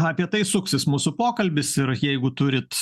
apie tai suksis mūsų pokalbis ir jeigu turit